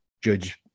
judge